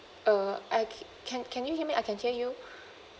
uh I c~ can can you hear me I can hear you